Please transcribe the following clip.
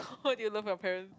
how do you love your parents